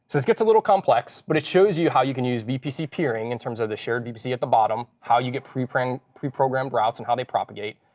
this gets a little complex, but it shows you how you can use vpc peering in terms of the shared vpc at the bottom, how you get preprogrammed preprogrammed routes and how they propagate,